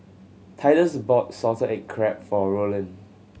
Titus bought salted egg crab for Rollin